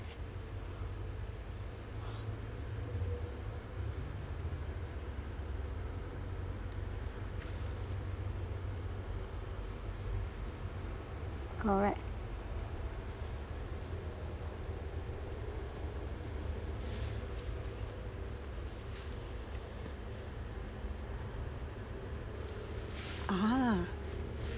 correct ah